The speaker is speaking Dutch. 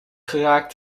geraakt